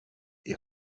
est